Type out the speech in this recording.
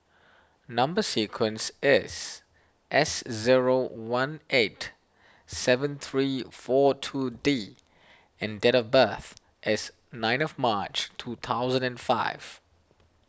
Number Sequence is S zero one eight seven three four two D and date of birth is nineth of March two thousand and five